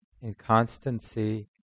inconstancy